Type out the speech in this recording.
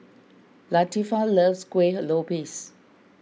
Latifah loves Kueh Lopes